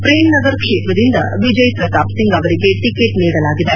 ಪ್ರೇಮ್ನಗರ್ ಕ್ಷೇತ್ರದಿಂದ ವಿಜಯ್ ಪ್ರತಾಪ್ ಸಿಂಗ್ ಅವರಿಗೆ ಟಿಕೆಟ್ ನೀಡಲಾಗಿದೆ